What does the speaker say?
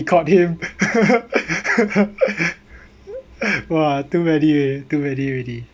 it caught him !wah! too many too many already